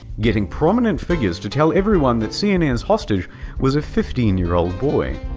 getting prominent figures to tell everyone that cnn's hostage was a fifteen year old boy.